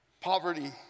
Poverty